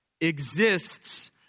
exists